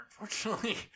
unfortunately